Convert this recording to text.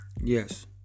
Yes